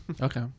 Okay